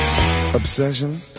Obsession